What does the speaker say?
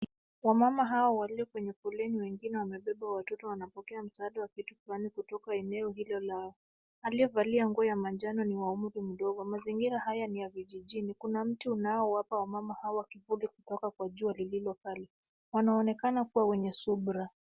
Wamama hawa walio kwenye foleni wengine wamebeba watoto wanapokea msaada wa viti mbali kutoka eneo hilo lao. Aliyevalia nguo ya njano ni wa umri mdogo. Mazingira haya ni ya vijijini. Kuna mti unao apa wamama hawa kivuli kutoka kwa jua lililo kali. Wanaonekana kuwa wenye subira.